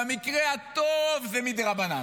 במקרה הטוב זה מדרבנן.